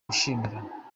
wishimira